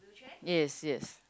yes yes